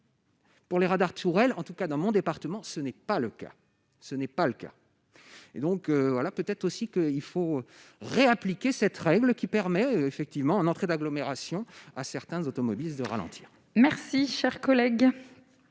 Pour les radars en tout cas dans mon département, ce n'est pas le cas, ce n'est pas le cas, et donc voilà peut-être aussi qu'il faut réhabiliter cette règle qui permet effectivement en entrée d'agglomération à certains automobilistes de ralentir. Merci, cher collègue,